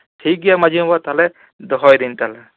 ᱴᱷᱤᱠᱜᱮᱭᱟ ᱢᱟᱺᱡᱷᱤ ᱵᱟᱵᱟ ᱛᱟᱦᱚᱞᱮ ᱫᱚᱦᱚᱭᱫᱟᱹᱧ ᱛᱟᱦᱚᱞᱮ